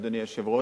אדוני היושב-ראש.